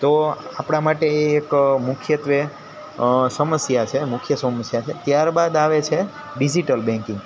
તો આપણા માટે એ એક મુખ્યત્વે સમસ્યા છે મુખ્ય સમસ્યા છે ત્યારબાદ આવે છે ડિઝિટલ બેન્કિંગ